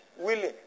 willing